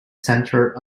centre